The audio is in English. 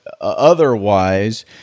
otherwise